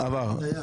עבר.